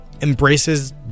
embraces